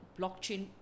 blockchain